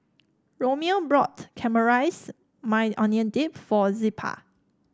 Romeo bought Caramelized Maui Onion Dip for Zilpah